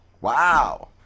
Wow